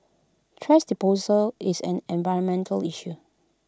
thrash disposal is an environmental issue